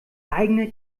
eigene